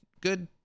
good